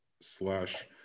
Slash